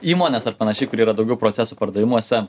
įmones ar panašiai kur yra daugiau procesų pardavimuose